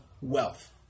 wealth